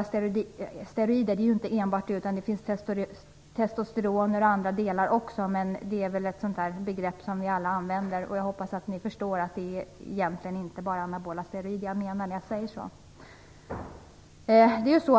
att det inte enbart handlar om anabola steroider utan också om testosteroner o.d., men det är ett begrepp som vi väl alla använder. Jag hoppas att ni förstår att det egentligen inte bara är anabola steroider jag menar när jag talar om det.